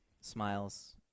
smiles